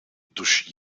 douche